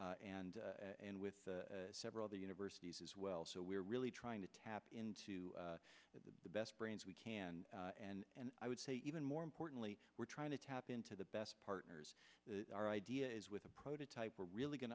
and and with several other universities as well so we're really trying to tap into the best brains we can and i would say even more importantly we're trying to tap into the best partners our idea is with a prototype we're really going